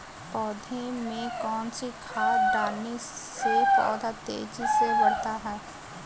पौधे में कौन सी खाद डालने से पौधा तेजी से बढ़ता है?